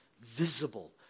visible